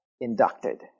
inducted